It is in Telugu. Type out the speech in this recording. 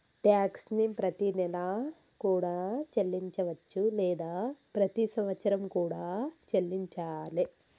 ట్యాక్స్ ని ప్రతినెలా కూడా చెల్లించవచ్చు లేదా ప్రతి సంవత్సరం కూడా చెల్లించాలే